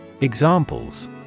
Examples